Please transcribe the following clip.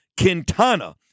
Quintana